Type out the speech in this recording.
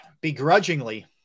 begrudgingly